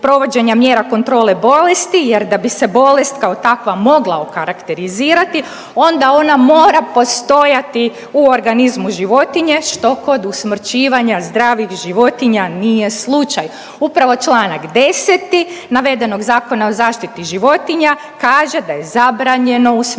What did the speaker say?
mjera kontrole bolesti jer da bi se bolest, kao takva mogla okarakterizirati, onda ona mora postojati u organizmu životinje, što kod usmrćivanja zdravih životinja nije slučaj. Upravo čl. 10. navedenog Zakona o zaštiti životinja kaže da je zabranjeno usmrćivanje